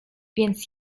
więc